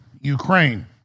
Ukraine